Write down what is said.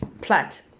Plat